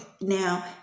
now